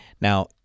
Now